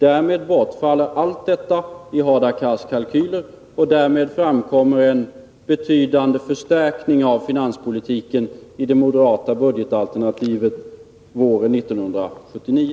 Därmed bortfaller allt detta i Hadar Cars kalkyler, och därmed framkommer en betydande förstärkning av finanspolitiken i det moderata budgetalternativet våren 1979.